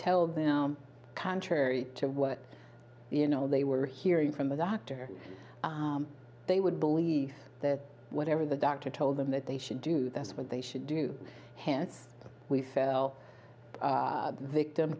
tell them contrary to what you know they were hearing from a doctor they would believe that whatever the doctor told them that they should do that's what they should do hence we fell victim